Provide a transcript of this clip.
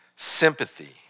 sympathy